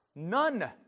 None